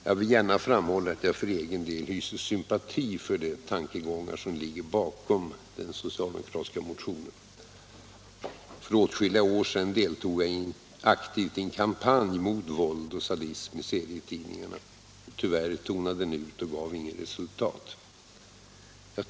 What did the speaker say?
Jag vill gärna framhålla att jag för egen del hyser sympati för de tankegångar som ligger bakom den socialdemokratiska motionen. För åtskilliga år sedan deltog jag aktivt i en kampanj mot våld och sadism i serietidningarna. Tyvärr tonade den ut och gav inga resultat.